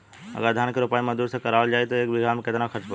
अगर धान क रोपाई मजदूर से करावल जाई त एक बिघा में कितना खर्च पड़ी?